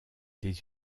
des